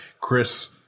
Chris